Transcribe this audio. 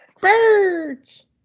birds